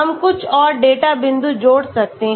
हम कुछ और डेटा बिंदु जोड़ सकते हैं